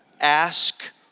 ask